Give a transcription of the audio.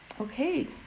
Okay